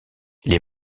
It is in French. les